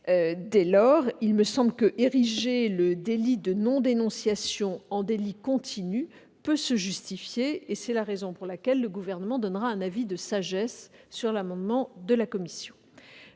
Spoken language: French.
Dès lors, il me semble qu'ériger le délit de non-dénonciation en délit continu peut se justifier. C'est la raison pour laquelle le Gouvernement donnera un avis de sagesse sur l'amendement de la commission.